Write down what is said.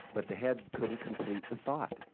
but the head couldn't complete the thought.